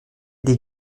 des